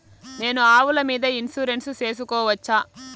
నేను ఆవుల మీద ఇన్సూరెన్సు సేసుకోవచ్చా?